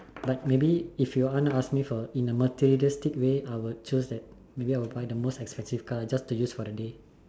but maybe if you want to ask me for in a materialistic way I will choose that maybe I will buy the most expensive car just to use for the day